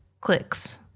clicks